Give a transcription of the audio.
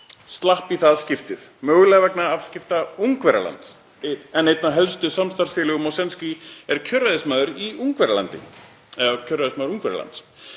slapp í það skiptið, mögulega vegna afskipta Ungverjalands, en einn af helstu samstarfsfélögum Mosjenskís er kjörræðismaður Ungverjalands.